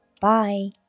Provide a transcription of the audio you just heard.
Bye